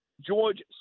George